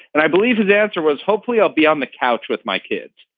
and i believe his answer was hopefully i'll be on the couch with my kids.